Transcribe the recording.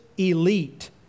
elite